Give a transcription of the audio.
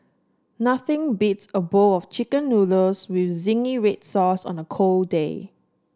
nothing beats a bowl of chicken noodles with zingy red sauce on a cold day